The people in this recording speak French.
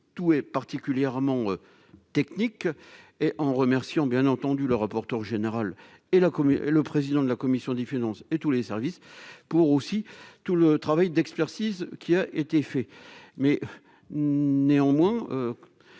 tout est particulièrement technique et en remercions, bien entendu, le rapporteur général et la commune, le président de la commission des finances, et tous les services pour aussi tout le travail d'expertise qui a été fait mais néanmoins